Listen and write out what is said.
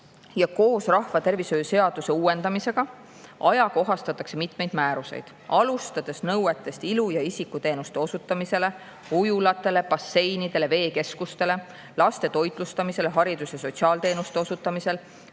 Koos rahvatervishoiu seaduse uuendamisega ajakohastatakse mitmeid määruseid, alustades nõuetest ilu- ja isikuteenuste osutamisele, ujulatele, basseinidele, veekeskustele, laste toitlustamisele, haridus- ja sotsiaalteenuste osutamisele,